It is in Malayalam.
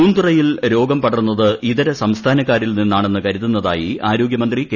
പൂന്തുറയിൽ രോഗം പടർന്നത് ഇതര സംസ്ഥാനക്കാരിൽ നിന്നാണെന്ന് കരുതുന്നതായി ആരോഗ്യൂമുന്തി കെ